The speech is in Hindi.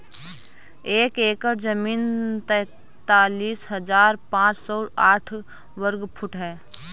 एक एकड़ जमीन तैंतालीस हजार पांच सौ साठ वर्ग फुट है